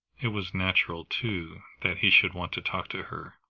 it was natural, too, that he should want to talk to her,